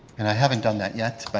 and i haven't done that yet. but